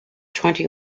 twenty